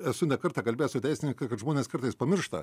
esu ne kartą kalbėjęs su teisininkais kad žmonės kartais pamiršta